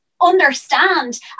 understand